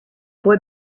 boy